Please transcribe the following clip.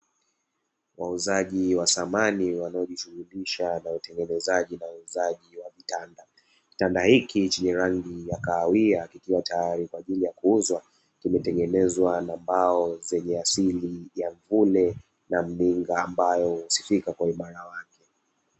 Wauzaji wa samani wanaojishughulisha na utengenezaji na uuzaji wa vitanda, kitanda hichi chenye rangi ya kahawia kikiwa tayari kwaajili ya kuuzwa kimetengenezwa kwa mbao zenye asili ya mvule na mninga ambazo husifikwa kwa uhimara wale